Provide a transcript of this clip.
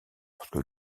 lorsque